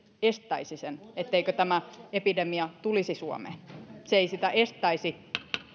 estäisi sen etteikö tämä epidemia tulisi suomeen se ei sitä estäisi